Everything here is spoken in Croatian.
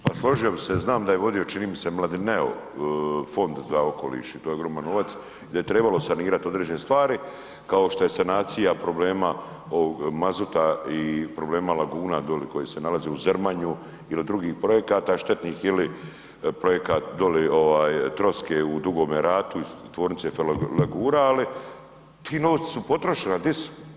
Pa složio bi se, znam da je vodio čini mi se Mladineo Fond za okoliš i to je ogroman novac i da je trebalo sanirati određene stvari kao što je sanacija problema mazuta i problema laguna dole koje se nalaze uz Zrmanju ili drugih projekata štetnih ili projekat dole troske u Dugome ratu, tvornice ferolegura ali ti novci su potrošeni a di su?